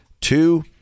Two